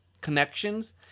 connections